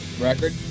record